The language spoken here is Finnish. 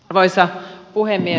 arvoisa puhemies